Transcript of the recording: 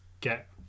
get